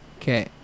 Okay